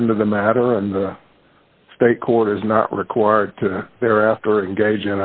the end of the matter and the state court is not required to thereafter engage